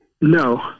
No